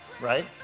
right